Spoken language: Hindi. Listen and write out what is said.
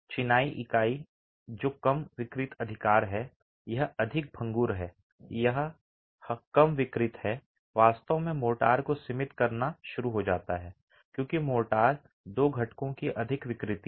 चिनाई इकाई चिनाई इकाई जो कम विकृत अधिकार है यह अधिक भंगुर है यह कम विकृत है वास्तव में मोर्टार को सीमित करना शुरू हो जाता है क्योंकि मोर्टार दो घटकों की अधिक विकृति है